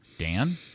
Dan